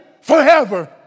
forever